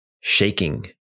shaking